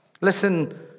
Listen